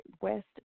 west